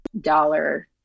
dollar